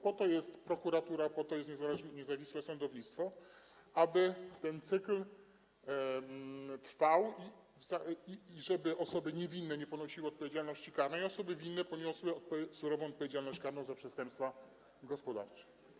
Po to jest prokuratura, po to jest niezależne, niezawisłe sądownictwo, aby ten cykl trwał, żeby osoby niewinne nie ponosiły odpowiedzialności karnej, a osoby winne poniosły surową odpowiedzialność karną za przestępstwa gospodarcze.